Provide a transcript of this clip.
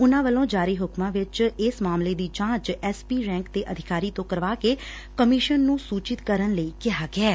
ਉਨਾਂ ਵੱਲੋਂ ਜਾਰੀ ਹੁਕਮਾਂ ਵਿੱਚ ਇਸ ਮਾਮਲੇ ਦੀ ਜਾਂਚ ਐਸਪੀ ਰੈਂਕ ਦੇ ਅਧਿਕਾਰੀ ਤੋਂ ਕਰਵਾ ਕੇ ਕਮਿਸ਼ਨ ਨੁੰ ਸੁਚਿਤ ਕਰਨ ਲਈ ਕਿਹਾ ਗਿਐ